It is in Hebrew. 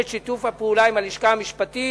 שיתוף הפעולה עם הלשכה המשפטית,